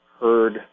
heard